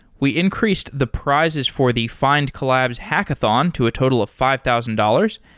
we increased the prizes for the findcollabs hackathon to a total of five thousand dollars.